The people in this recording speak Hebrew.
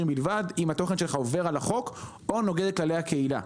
בלבד: אם התוכן שלך עובר על החוק או נוגד את כללי הקהילה.